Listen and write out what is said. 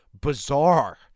bizarre